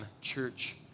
church